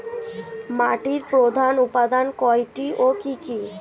মাটির প্রধান উপাদান কয়টি ও কি কি?